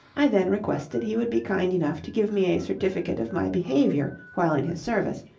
i then requested he would be kind enough to give me a certificate of my behaviour while in his service,